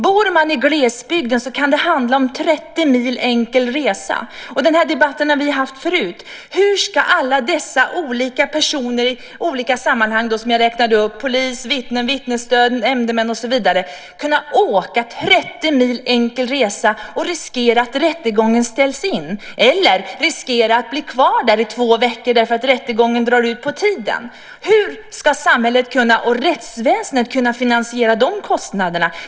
Bor man i glesbygden kan det handla om 30 mil enkel resa. Vi har haft den här debatten förut. Hur ska alla dessa olika personer som jag räknade upp - polis, vittnen, vittnesstöd, nämndemän och så vidare - kunna åka 30 mil enkel resa och riskera att rättegången ställs in eller riskera att bli kvar i två veckor, därför att rättegången drar ut på tiden? Hur ska samhället och rättsväsendet kunna finansiera de kostnaderna?